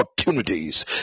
opportunities